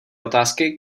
otázky